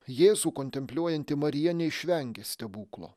jėzų kontempliuojanti marija neišvengė stebuklo